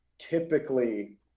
typically